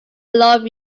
love